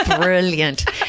Brilliant